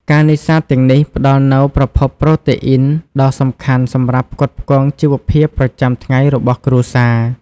ការនេសាទទាំងនេះផ្តល់នូវប្រភពប្រូតេអ៊ីនដ៏សំខាន់សម្រាប់ផ្គត់ផ្គង់ជីវភាពប្រចាំថ្ងៃរបស់គ្រួសារ។